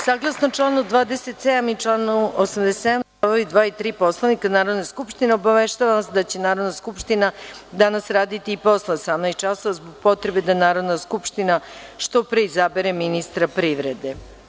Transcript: Saglasno članu 27. i članu 87. stavovi 2. i 3. Poslovnika Narodne skupštine obaveštavam vas da će Narodna skupština danas raditi i posle 18,00 časova zbog potrebe da Narodna skupština što pre izabere ministra privrede.